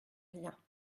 rien